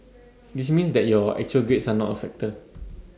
this means that your actual grades are not A factor